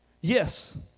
yes